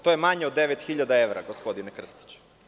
To je manje od 9.000 evra, gospodine Krstiću.